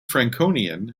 franconian